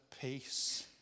peace